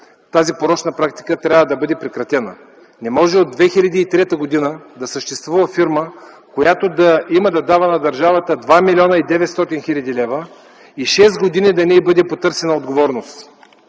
Тази порочна практика трябва да бъде прекратена. Не може от 2003 г. да съществува фирма, която да има да дава на държавата 2 млн. 900 хил. лв. и шест години да не й бъде потърсена отговорност!